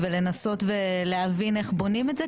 ולנסות ולהבין איך בונים את זה,